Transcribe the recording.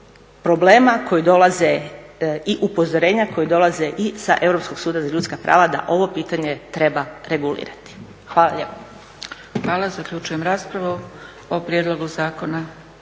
problema koji dolaze i upozorenja koji dolaze i sa Europskog suda za ljudska prava da ovo pitanje treba regulirati. Hvala lijepo. **Zgrebec, Dragica (SDP)** Hvala. Zaključujem raspravu. O prijedlogu zakona.